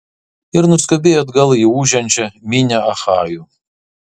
ir nuskubėjo atgal į ūžiančią minią achajų